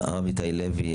אסותא רמת החייל וכולי,